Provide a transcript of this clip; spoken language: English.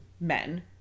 men